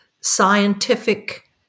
scientific